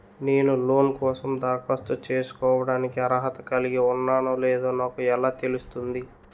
నేను లోన్ కోసం దరఖాస్తు చేసుకోవడానికి అర్హత కలిగి ఉన్నానో లేదో నాకు ఎలా తెలుస్తుంది?